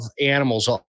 animals